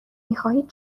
میخواهید